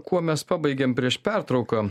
kuo mes pabaigėm prieš pertrauką